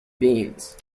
beans